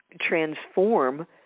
transform